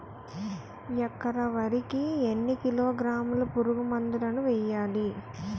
ఎకర వరి కి ఎన్ని కిలోగ్రాముల పురుగు మందులను వేయాలి?